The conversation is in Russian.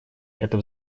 это